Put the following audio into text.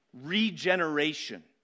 regeneration